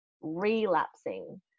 relapsing